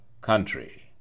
country